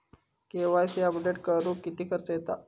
KYC update करुक किती खर्च येता?